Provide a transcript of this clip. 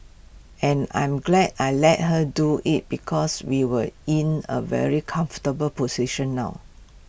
and I'm glad I let her do IT because we were in A very comfortable position now